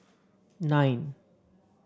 nine